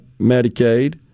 Medicaid